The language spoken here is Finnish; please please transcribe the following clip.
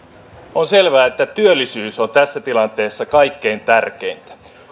on selvää että työllisyys on tässä tilanteessa kaikkein tärkeintä